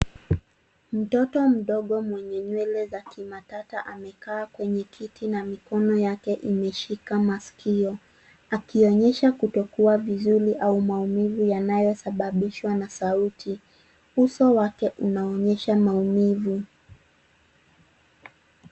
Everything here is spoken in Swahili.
Mtoto mdogo mwenye nywele za kimatata amekaa kwenye kiti na mikono yake imeshika masikio akionyesha kutokuwa vizuri au maumivu yanayosababishwa na sauti. Uso wake unaonyesha maumivu.